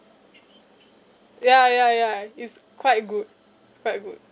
ya ya ya it's quite good it's quite good